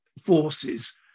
forces